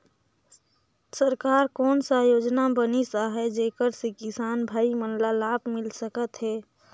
सरकार कोन कोन सा योजना बनिस आहाय जेकर से किसान भाई मन ला लाभ मिल सकथ हे?